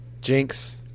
Jinx